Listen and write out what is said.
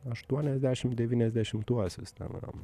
aštuoniasdešim devyniasdešimtuosius ten